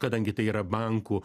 kadangi tai yra bankų